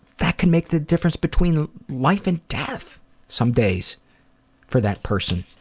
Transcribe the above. that can make the difference between life and death some days for that person.